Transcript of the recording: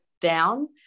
down